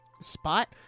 spot